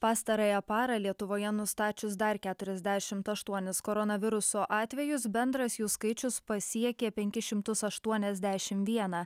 pastarąją parą lietuvoje nustačius dar keturiasdešimt aštuonis koronaviruso atvejus bendras jų skaičius pasiekė penkis šimtus aštuoniasdešim vieną